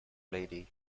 lady